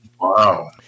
Wow